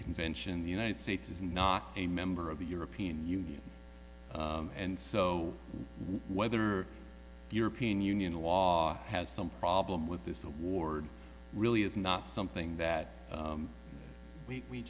convention the united states is not a member of the european union and so whether european union law has some problem with this award really is not something that